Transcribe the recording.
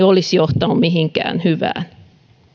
olisi johtanut mihinkään hyvään